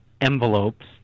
envelopes